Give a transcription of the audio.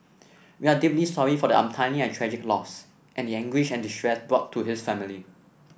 we are deeply sorry for the untimely and tragic loss and the anguish and distress brought to his family